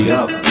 up